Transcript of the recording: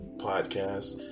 podcast